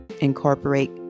incorporate